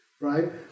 right